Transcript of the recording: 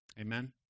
Amen